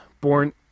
born